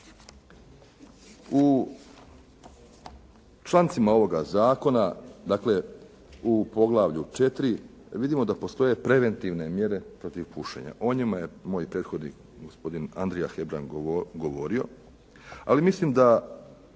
U člancima ovoga zakona, dakle u poglavlju 4., vidimo da postoje preventivne mjere protiv pušenja. O njima je moj prethodnik, gospodin Andrija Hebrang, govorio ali mislim da